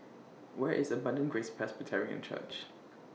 Where IS Abundant Grace Presbyterian Church